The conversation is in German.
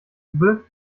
rubel